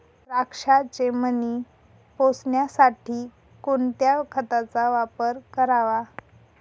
द्राक्षाचे मणी पोसण्यासाठी कोणत्या खताचा वापर करावा?